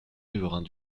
riverains